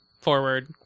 forward